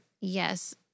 Yes